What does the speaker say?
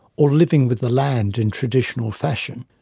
or living with the land in traditional fashion?